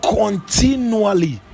continually